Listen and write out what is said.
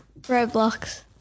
Roblox